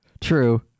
True